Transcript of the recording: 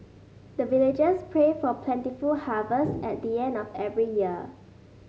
the villagers pray for plentiful harvest at the end of every year